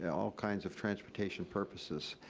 and all kinds of transportation purposes